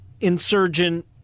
insurgent